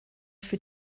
für